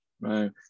Right